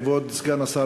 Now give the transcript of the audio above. כבוד השר,